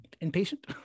impatient